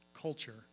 culture